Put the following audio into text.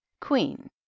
queen